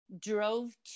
Drove